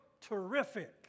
terrific